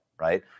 Right